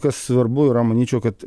kas svarbu yra manyčiau kad